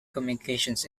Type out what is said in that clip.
communications